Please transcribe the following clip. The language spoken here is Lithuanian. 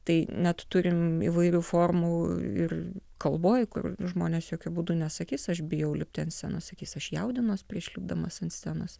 tai net turim įvairių formų ir kalboj kur žmonės jokiu būdu nesakys aš bijau lipti ant scenos sakys aš jaudinuos prieš lipdamas ant scenos